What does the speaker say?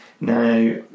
Now